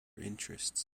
interests